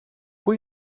πού